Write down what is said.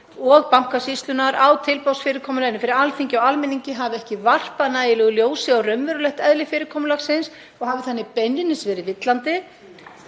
og Bankasýslunnar á tilboðsfyrirkomulaginu fyrir Alþingi og almenningi hafi ekki varpað nægilegu ljósi á raunverulegt eðli fyrirkomulagsins og hafi þannig beinlínis verið villandi,